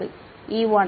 மாணவர் E1